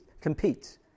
compete